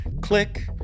Click